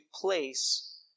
place